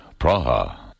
Praha